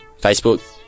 Facebook